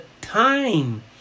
time